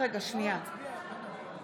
(קוראת בשמות חברי הכנסת)